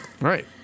right